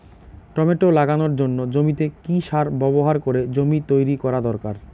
Tomato লাগানোর জন্য জমিতে কি সার ব্যবহার করে জমি তৈরি করা দরকার?